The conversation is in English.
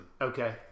Okay